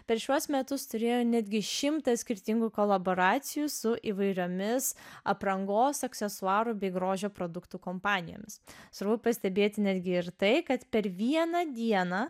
per šiuos metus turėjo netgi šimtą skirtingų kolaboracijų su įvairiomis aprangos aksesuarų bei grožio produktų kompanijomis svarbu pastebėti netgi ir tai kad per vieną dieną